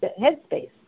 headspace